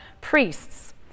priests